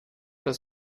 das